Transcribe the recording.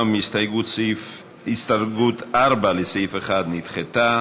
גם הסתייגות 4 לסעיף 1 נדחתה.